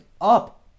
up